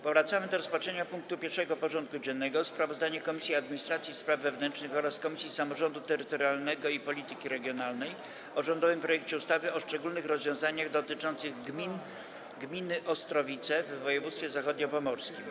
Powracamy do rozpatrzenia punktu 1. porządku dziennego: Sprawozdanie Komisji Administracji i Spraw Wewnętrznych oraz Komisji Samorządu Terytorialnego i Polityki Regionalnej o rządowym projekcie ustawy o szczególnych rozwiązaniach dotyczących gminy Ostrowice w województwie zachodniopomorskim.